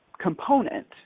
component